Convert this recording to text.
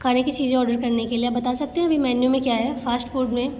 खाने की चीज़ें ऑर्डर करने के लिए आप बता सकते हैं कि मेन्यू में क्या है फास्ट फूड में